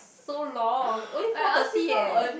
so long only four thirty leh